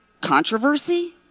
controversy